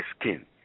skin